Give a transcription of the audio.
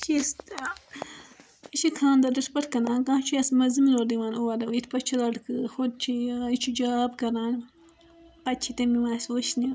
یہِ یہِ چھِ خانٛدَرس پٮ۪ٹھ کٕنان کانٛہہ چھ یِتھ پٲٹھۍ چھ لٔڑکہٕ ہُتہِ چھ یہِ یہِ چھِ جاب کَران پتہٕ چھ تِم یِوان اَسہِ وُچھنہِ